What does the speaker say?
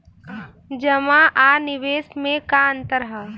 जमा आ निवेश में का अंतर ह?